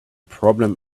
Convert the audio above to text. problem